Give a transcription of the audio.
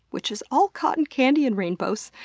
which is all cotton candy and rainbows.